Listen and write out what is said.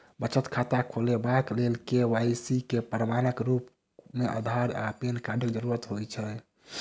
बचत खाता खोलेबाक लेल के.वाई.सी केँ प्रमाणक रूप मेँ अधार आ पैन कार्डक जरूरत होइ छै